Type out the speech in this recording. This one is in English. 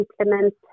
implement